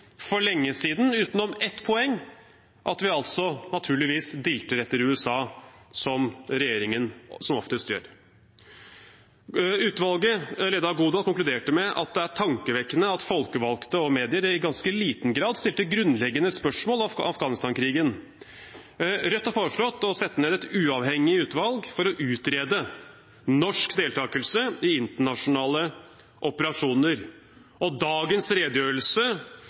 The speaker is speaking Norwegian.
for lenge siden – utenom ett poeng: at vi altså, naturligvis, dilter etter USA, som regjeringen som oftest gjør. Utvalget ledet av Godal konkluderte med at det er tankevekkende at folkevalgte og medier i ganske liten grad stilte grunnleggende spørsmål om Afghanistan-krigen. Rødt har foreslått å sette ned et uavhengig utvalg for å utrede norsk deltakelse i internasjonale operasjoner. Dagens redegjørelse,